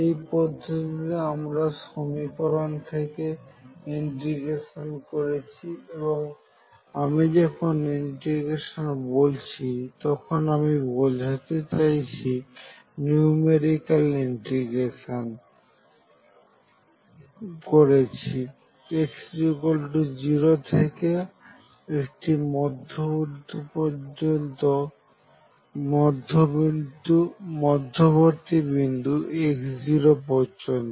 এই পদ্ধতিতে আমরা সমীকরণ থেকে ইন্টিগ্রেশন করেছি এবং আমি যখন ইন্টিগ্রেশন বলছি তখন আমি বোঝাতে চাইছি নিউমেরিক্যাল ইন্টিগ্রেশন করেছি x0 থেকে কোন একটি মধ্যবর্তী বিন্দু x0 পর্যন্ত